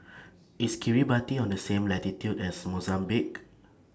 IS Kiribati on The same latitude as Mozambique